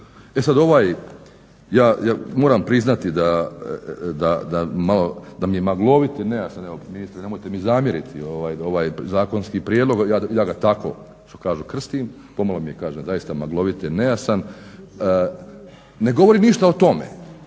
E sad ja moram priznat da mi je maglovit i nejasan, ministre nemojte mi zamjeriti, ovaj zakonski prijedlog, ja tako što kažu krstim, pomalo mi je kažem zaista maglovit i nejasan, ne govori ništa o tome,